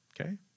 Okay